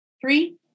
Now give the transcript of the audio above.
three